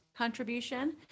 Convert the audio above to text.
contribution